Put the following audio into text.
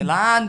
כמה מאות כאלה.